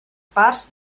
parts